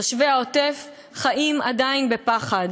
תושבי העוטף חיים עדיין בפחד,